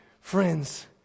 Friends